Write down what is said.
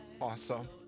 Awesome